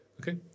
okay